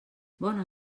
bona